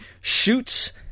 shoots